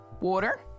water